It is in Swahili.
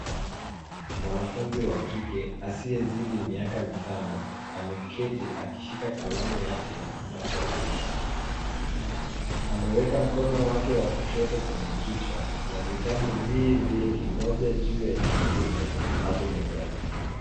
Mwanafunzi wa kike asiyezidi miaka mitano ameketi akishika kalamu yake na kuandika. Ameweka mkono wake wa kushoto kwenye kichwa na vitabu vi vingi moja juu ya jingine hapo mezani.